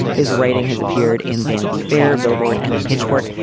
his writing has appeared in vanity fair, billboard and pitchfork.